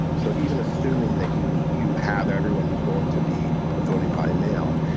so even assuming that you you have everyone who's going to be voting by mail,